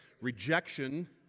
rejection